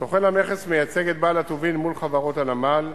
סוכן המכס מייצג את בעל הטובין מול חברות הנמל.